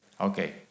Okay